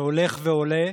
שהולך ועולה,